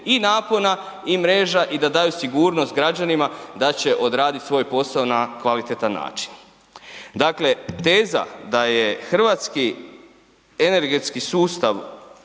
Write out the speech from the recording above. i napona i mreža i da daju sigurnost građanima da će odraditi svoj posao na kvalitetan način. Dakle, teza da je hrvatski energetski sustav